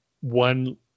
one